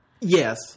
Yes